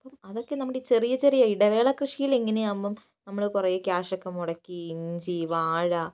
അപ്പം അതൊക്കെ നമ്മുടെ ചെറിയ ചെറിയ ഇടവേള കൃഷിലിങ്ങനെയാവുമ്പോൾ നമ്മൾ കുറേ ക്യാഷൊക്കെ മുടക്കി ഇഞ്ചി വാഴ